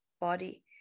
body